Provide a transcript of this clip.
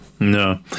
No